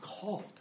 called